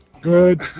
good